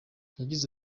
yagize